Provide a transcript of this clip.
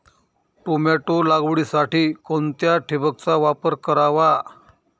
Tomato लागवडीसाठी कोणत्या ठिबकचा वापर करावा?